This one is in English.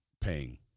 paying